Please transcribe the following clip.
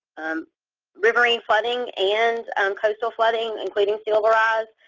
and riverine flooding and and coastal flooding including sea level rise.